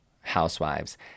housewives